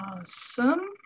Awesome